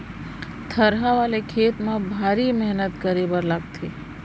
थरहा वाले खेत म भारी मेहनत करे बर लागथे